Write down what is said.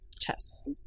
tests